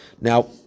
Now